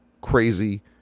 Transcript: crazy